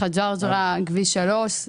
חג'אג'רה כביש 3,